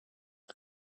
das